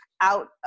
out